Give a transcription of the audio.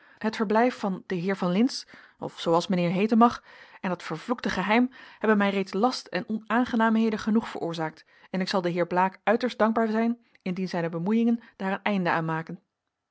het verblijf van den heer van lintz of zooals mijnheer heeten mag en dat vervloekte geheim hebben mij reeds last en onaangenaamheden genoeg veroorzaakt en ik zal den heer blaek uiterst dankbaar zijn indien zijne bemoeiingen daar een einde aan maken